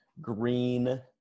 green